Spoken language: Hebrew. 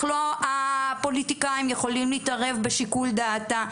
לא הפוליטיקאים יכולים להתערב בשיקול דעתה,